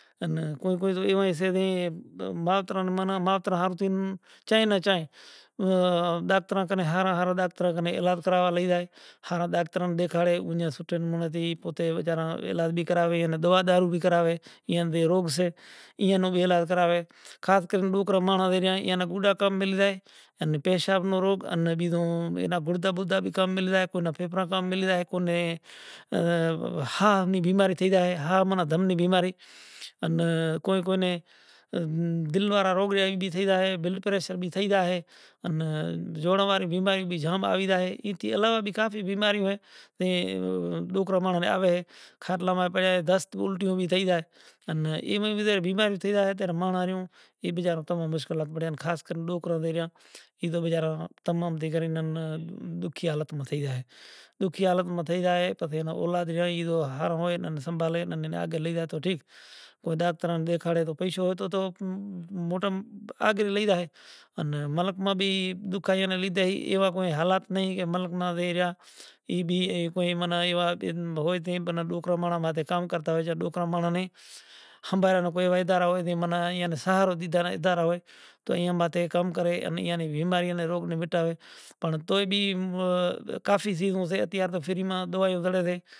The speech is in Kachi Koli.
ایوے مائتراں چائیں چائیں ہر ڈاکٹراں کن علاج کراوا لئی زائیں ڈاکٹراں ناں ڈیکھاری سوٹھے نمونے علاج بھی کرائیں۔ خاش کری کوئیے پوڑہاں مانڑاں نوں پیشاب نو روگ، ان گڑدا بڑدا فیل تھئی زائیں کو پھیپھڑاں نی بیماری تھئی زائے تو ہاہ نی بیماری تھئی زائے ان کوئی کوئی نیں بللڈ پریشر بھی تھئی زائے جوڑاں نی بیماری بھی تھئی زائے۔ کافی بیوں بیماریوں اہیں ڈوکراں ناں آویں۔ دست الٹیوں بھی تھئی زائیں ایویں بیزیں بیماریں تھے زائیں خاش کرے ڈوکرا ڈوکھیے حالت میں تھے زائیں۔ ایوا ڈوکراں مانڑاں ناں ہنبھارنڑ را ادارا ہوئیں